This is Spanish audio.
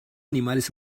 animales